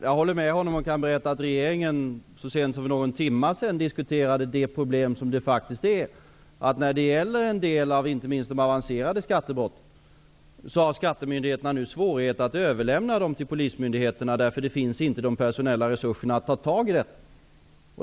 Jag håller med honom, och jag kan berätta att regeringen så sent som för någon timme sedan diskuterade problemet att skattemyndigheterna har svårigheter att överlämna en del av de avancerade skattebrotten till polismyndigheterna, eftersom det inte finns personella resurser som kan ta tag i detta.